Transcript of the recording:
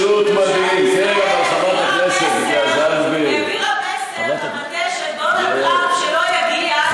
ממשלת ישראל העבירה מסר למטה של דונלד טראמפ שלא יגיע,